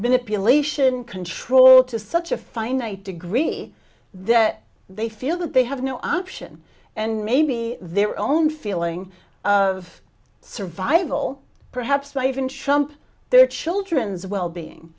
manipulation control to such a finite degree that they feel that they have no option and maybe their own feeling of survival perhaps might even chump their children's well being